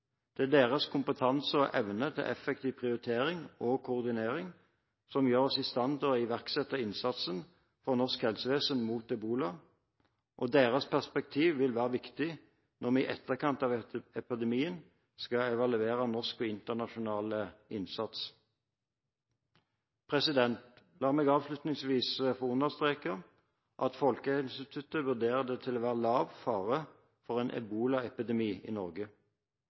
Det er deres kompetanse og evne til effektiv prioritering og koordinering som gjør oss i stand til å iverksette innsatsen fra norsk helsevesen mot ebola, og deres perspektiv vil være viktig når vi i etterkant av epidemien skal evaluere norsk og internasjonal innsats. La meg avslutningsvis få understreke at Folkehelseinstituttet vurderer det til å være lav fare for en ebolaepidemi i Norge.